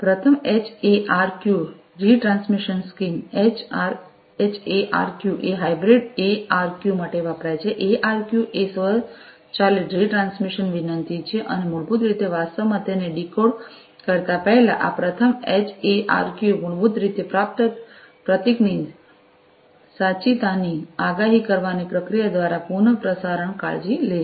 પ્રથમ HARQ retransmission scheme HARQ એ hybrid ARQ માટે વપરાય છે એઆરક્યૂ એ સ્વચાલિત રીટ્રાન્સમિશન વિનંતી છે અને મૂળભૂત રીતે વાસ્તવમાં તેને ડીકોડ કરતા પહેલા આ પ્રથમ એચએઆરક્યૂ મૂળભૂત રીતે પ્રાપ્ત પ્રતીકની સાચીતાની આગાહી કરવાની પ્રક્રિયા દ્વારા પુનઃપ્રસારણની કાળજી લે છે